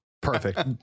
Perfect